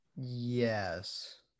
Yes